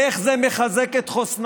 איך זה מחזק את חוסנה?